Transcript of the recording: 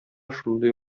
шундый